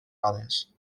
rodes